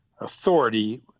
authority